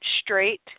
straight